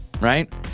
right